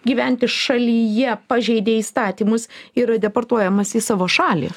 gyventi šalyje pažeidė įstatymus yra deportuojamas į savo šalį